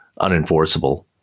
unenforceable